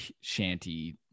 shanty